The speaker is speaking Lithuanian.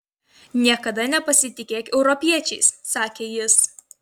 niekada nepasitikėk europiečiais sakė jis